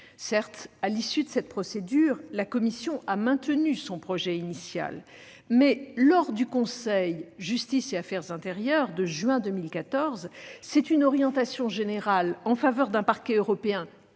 Certes, à l'issue de cette procédure, la Commission a maintenu son projet initial, mais, lors du conseil Justice et affaires intérieures de juin 2014, c'est une orientation générale en faveur d'un Parquet européen